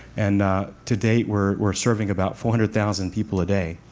and to date, we're we're serving about four hundred thousand people a day